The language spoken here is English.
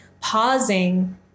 pausing